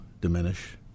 diminish